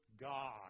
God